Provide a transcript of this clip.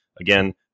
Again